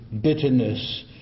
bitterness